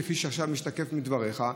כפי שעכשיו משתקף מדבריך.